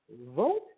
vote